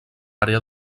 àrea